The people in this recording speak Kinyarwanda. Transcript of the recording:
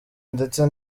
ndetse